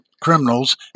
criminals